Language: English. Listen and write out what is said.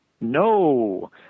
no